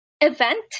event